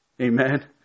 Amen